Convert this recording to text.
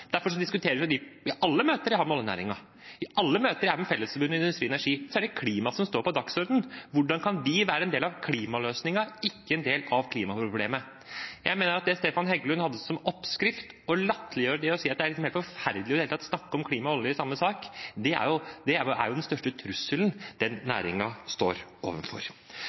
diskuterer jeg dem i alle møter jeg har med oljenæringen. I alle møter jeg er i med Fellesforbundet og Industri Energi, er det klima som står på dagsordenen: Hvordan kan de være en del av klimaløsningen, ikke en del av klimaproblemet? Jeg mener at det Stefan Heggelund hadde som oppskrift, å latterliggjøre det og si at det er forferdelig i det hele tatt å snakke om klima og olje i samme sak, er den største trusselen den næringen står overfor.